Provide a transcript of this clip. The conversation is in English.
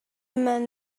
men